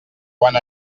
quan